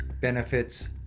benefits